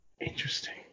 interesting